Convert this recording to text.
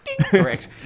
correct